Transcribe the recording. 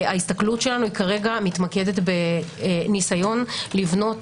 ההסתכלות שלנו מתמקדת בניסיון לבנות